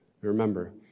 Remember